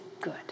good